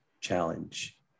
challenge